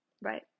Right